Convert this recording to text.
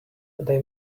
they